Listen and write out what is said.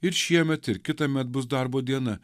ir šiemet ir kitąmet bus darbo diena